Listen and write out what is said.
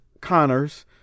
Connors